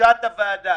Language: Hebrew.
לבקשת הוועדה,